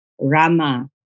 Rama